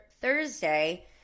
Thursday